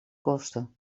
kosten